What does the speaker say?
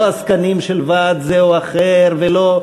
לא עסקנים של ועד זה או אחר ולא,